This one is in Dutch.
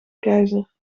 keizer